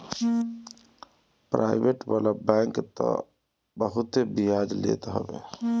private वाला bank तअ बहुते बियाज लेत हवे